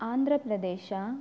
Andhra Pradesh